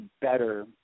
better